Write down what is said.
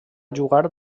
jugar